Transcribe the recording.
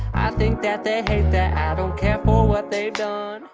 think that they hate that i don't care for what they've done.